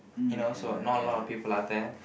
you know so not a lot of people are there